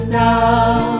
now